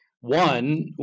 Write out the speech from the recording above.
One